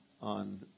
on